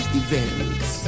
events